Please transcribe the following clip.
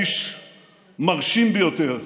איש מרשים ביותר,